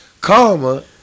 Karma